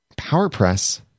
PowerPress